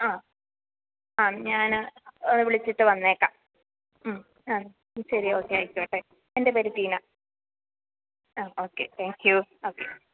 ആ ആ ഞാന് വിളിച്ചിട്ടു വന്നേക്കാം ഉം ആ ശരി ഓക്കെ ആയിക്കോട്ടെ എന്റെ പേര് ടീന ആ ഓക്കെ താങ്ക്യൂ ഓക്കെ